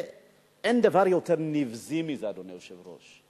אין דבר יותר נבזי מזה, אדוני היושב-ראש.